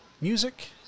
music